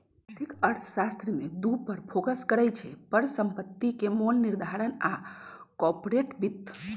आर्थिक अर्थशास्त्र में दू पर फोकस करइ छै, परिसंपत्ति के मोल निर्धारण आऽ कारपोरेट वित्त